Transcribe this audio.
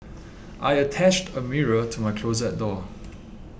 I attached a mirror to my closet door